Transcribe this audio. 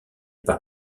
par